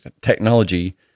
technology